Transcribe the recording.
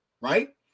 right